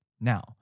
Now